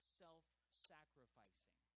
self-sacrificing